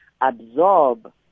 absorb